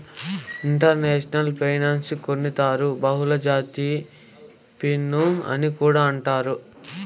international ఫైనాన్సునే కొన్నితూర్లు బహుళజాతి ఫినన్సు అని కూడా అంటారు